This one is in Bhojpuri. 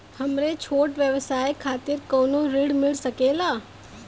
हमरे छोट व्यवसाय खातिर कौनो ऋण मिल सकेला?